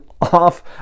off